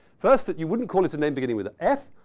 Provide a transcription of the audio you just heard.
first, that you wouldn't call it a name beginning with an f,